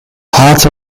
parts